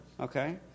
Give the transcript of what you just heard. Okay